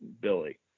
billy